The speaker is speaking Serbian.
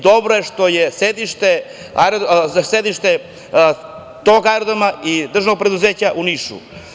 Dobro je što je sedište tog aerodroma i državnog preduzeća u Nišu.